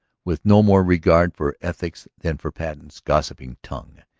with no more regard for ethics than for patten's gossiping tongue.